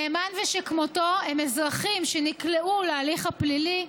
נאמן ושכמותו הם אזרחים שנקלעו להליך הפלילי.